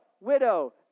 widow